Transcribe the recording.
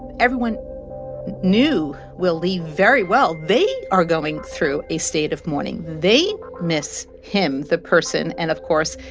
everyone knew will lee very well. they are going through a state of mourning. they miss him the person and, of course,